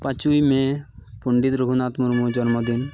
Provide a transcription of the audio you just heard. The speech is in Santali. ᱯᱟᱸᱪᱳᱭ ᱢᱮ ᱯᱱᱰᱤᱛ ᱨᱩᱜᱷᱩᱱᱟᱛᱷ ᱢᱩᱨᱢᱩ ᱟᱜ ᱡᱚᱱᱢᱚ ᱫᱤᱱ